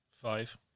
Five